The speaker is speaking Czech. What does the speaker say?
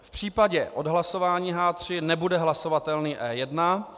V případě odhlasování H3 nebude hlasovatelný E1.